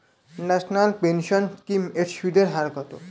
National pension scheme এর সুদের হার কত?